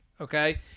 Okay